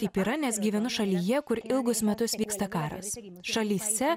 taip yra nes gyvenu šalyje kur ilgus metus vyksta karas šalyse